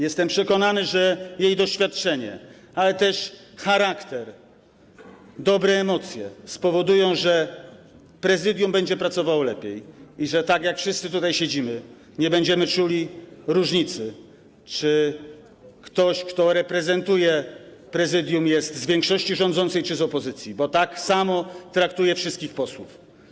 Jestem przekonany, że jej doświadczenie, ale też charakter, dobre emocje spowodują, że Prezydium Sejmu będzie pracowało lepiej i że tak jak wszyscy tutaj siedzimy, nie będziemy czuli różnicy, czy ktoś, kto reprezentuje Prezydium, jest z większości rządzącej, czy z opozycji, bo tak samo traktuje wszystkich posłów.